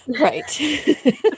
Right